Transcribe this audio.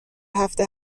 هفته